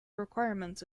requirements